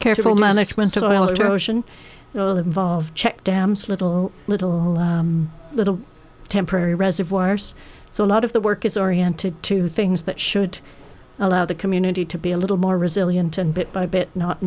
careful management style to ocean will evolve check dams little little little temporary reservoirs so a lot of the work is oriented to things that should allow the community to be a little more resilient and bit by bit not